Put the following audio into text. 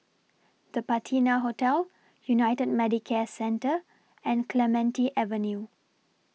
The Patina Hotel United Medicare Centre and Clementi Avenue